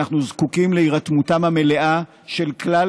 אנחנו זקוקים להירתמותם המלאה של כלל